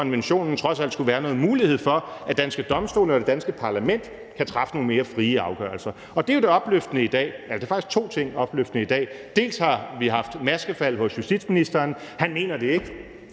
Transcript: i Strasbourg – trods alt skulle have mulighed for, at danske domstole og det danske parlament kan træffe nogle mere frie afgørelser. Det er jo det opløftende i dag – der er faktisk to ting, der er opløftende i dag. Vi har haft maskefald hos justitsministeren. Han mener det ikke.